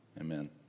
amen